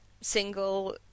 single